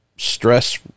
stress